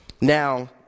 Now